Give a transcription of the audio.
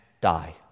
die